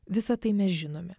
visa tai mes žinome